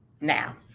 now